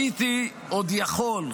הייתי עוד יכול,